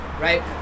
Right